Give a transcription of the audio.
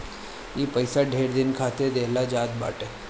ई पइसा ढेर दिन के खातिर देहल जात बाटे